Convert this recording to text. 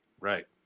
Right